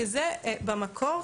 שזה במקור,